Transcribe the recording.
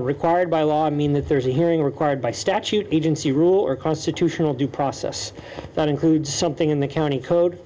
required by law i mean that there is a hearing required by statute agency rule or constitutional due process that includes something in the county